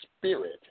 spirit